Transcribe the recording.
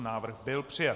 Návrh byl přijat.